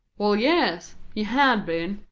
well, yes, he had been,